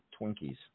Twinkies